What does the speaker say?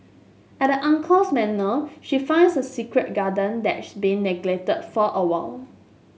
at the uncle's manor she finds a secret garden that's been neglected for a while